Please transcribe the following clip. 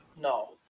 No